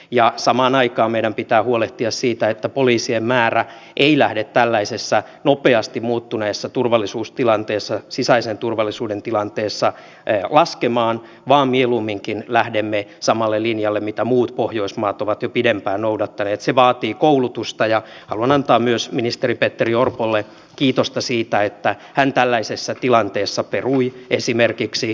ja samaan aikaan meidän pitää huolehtia siitä että poliisien määrä ei lähde tällaisessa nopeasti muuttuneessa turvallisuustilanteessa sisäisen turvallisuuden tilanteessa laskemaan vaan mieluumminkin lähdemme samalle linjalle mitä muut pohjoismaat ovat jo pidempään noudattaneetsi vaatii koulutusta ja valmentaa myös ministeri petteri orpolle kiitosta siitä että hän tällaisessa tilanteessa perui esimerkiksi